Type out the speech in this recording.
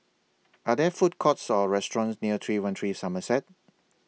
Are There Food Courts Or restaurants near three one three Somerset